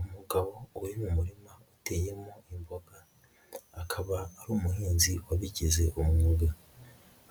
Umugabo uri mu murima uteyemo imboga akaba ari umuhinzi wabigize umwuga,